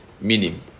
Minim